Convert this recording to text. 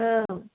औ